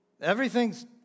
Everything's